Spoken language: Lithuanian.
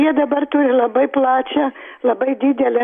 jie dabar turi labai plačią labai didelę